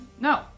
no